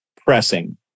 pressing